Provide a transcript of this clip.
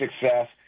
success